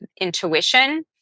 intuition